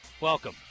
welcome